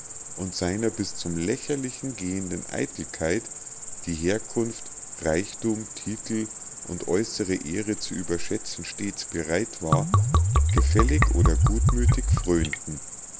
und seiner bis zum lächerlichen gehenden eitelkeit die herkunft reichthum titel und äußere ehre zu überschätzen stets bereit war gefällig oder gutmüthig